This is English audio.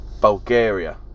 Bulgaria